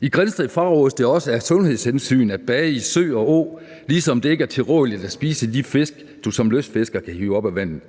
I Grindsted frarådes det også af sundhedshensyn at bade i sø og å, ligesom det ikke er tilrådeligt at spise de fisk, du som lystfisker kan hive op af vandet.